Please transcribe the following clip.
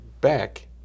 back